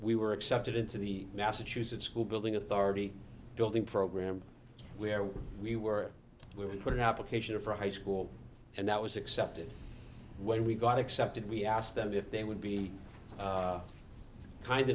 we were accepted into the massachusetts school building authority building program where we were we were put in application for a high school and that was accepted when we got accepted we asked them if they would be kind